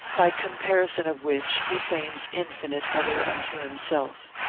by comparison of which he feigns infinite other unto himself.